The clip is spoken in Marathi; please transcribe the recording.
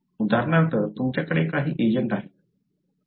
उदाहरणार्थ तुमच्याकडे काही एजंट आहेत